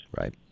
Right